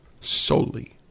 solely